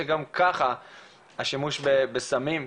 שגם ככה השימוש אצלם בסמים,